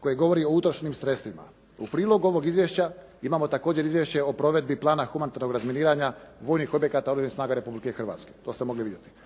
koje govori o utrošenim sredstvima. U prilog ovog izvješća imamo također Izvješće o provedbi plana humanitarnog razminiranja vojnih objekata Oružanih snaga Republike Hrvatske. To ste moglo vidjeti.